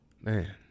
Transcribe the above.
man